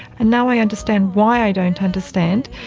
and now i understand why i don't understand,